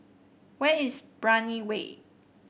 where is Brani Way